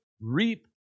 reap